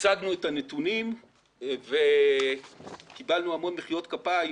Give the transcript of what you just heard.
הצגנו את הנתונים וקיבלנו הרבה מחיאות כפיים